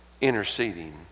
interceding